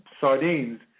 sardines